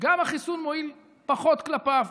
שגם החיסון מועיל פחות כלפיו.